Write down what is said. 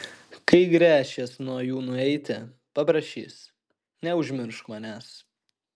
kai gręšies nuo jų nueiti paprašys neužmiršk manęs